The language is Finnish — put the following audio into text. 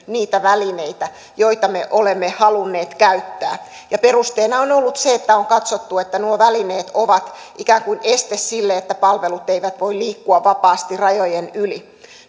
niitä välineitä joita me olemme halunneet käyttää ja perusteena on ollut se että on katsottu että nuo välineet ovat ikään kuin este sille että palvelut voisivat liikkua vapaasti rajojen yli